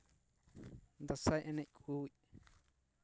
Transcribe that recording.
ᱫᱟᱸᱥᱟᱭ ᱮᱱᱮᱡ ᱠᱚ